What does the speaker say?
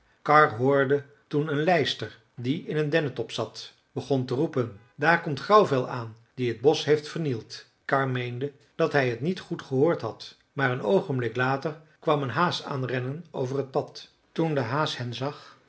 karr hoorde toen hoe een lijster die in een dennetop zat begon te roepen daar komt grauwvel aan die het bosch heeft vernield karr meende dat hij het niet goed gehoord had maar een oogenblik later kwam een haas aanrennen over het pad toen de haas hen zag